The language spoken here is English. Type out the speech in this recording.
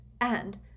And